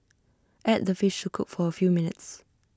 add the fish to cook for A few minutes